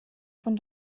von